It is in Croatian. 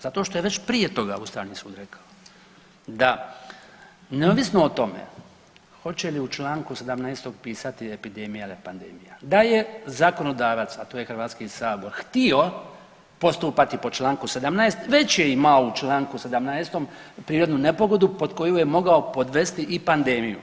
Zato što je već prije toga Ustavni sud rekao da neovisno o tome hoće li u Članku 17. pisati epidemija ili pandemija, da je zakonodavac, a to je Hrvatski sabor htio postupati po Članku 17. već je imao u Članku 17. prirodnu nepogodu pod koju je mogao podvesti i pandemiju.